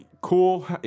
cool